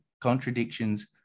contradictions